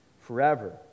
Forever